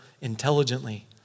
intelligently